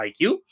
IQ